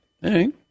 Hey